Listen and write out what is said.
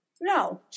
No